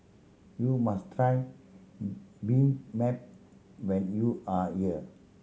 you must try been map when you are here